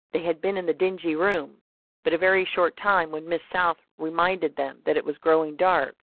they had been in the dingy room but a very short time when miss south reminded them that it was growing dark,